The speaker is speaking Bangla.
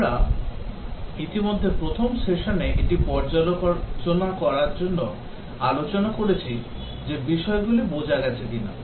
আমরা ইতিমধ্যে প্রথম সেশনে এটি পর্যালোচনা করার জন্য আলোচনা করেছি যে বিষয়গুলি বোঝা গেছে কিনা